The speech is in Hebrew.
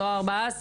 לא 14,